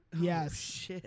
yes